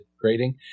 grading